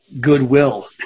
goodwill